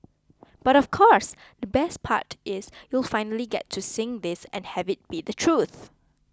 but of course the best part is you'll finally get to sing this and have it be the truth